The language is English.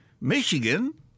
Michigan